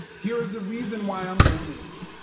here's the reason why i'm donating.